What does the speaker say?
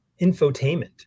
infotainment